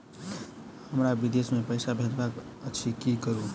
हमरा विदेश मे पैसा भेजबाक अछि की करू?